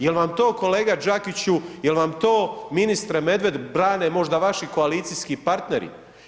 Jel vam to kolega Đakiću, jel vam to ministre Medved brane možda vaši koalicijski partneri?